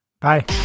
Bye